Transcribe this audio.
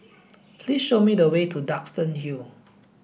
please show me the way to Duxton Hill